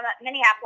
Minneapolis